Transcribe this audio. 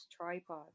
tripod